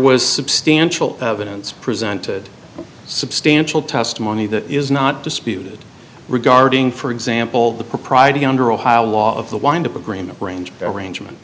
was substantial evidence presented substantial testimony that is not disputed regarding for example the propriety under ohio law of the wind up agreement range arrangement